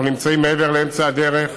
ואנחנו נמצאים מעבר לאמצע הדרך.